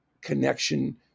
connection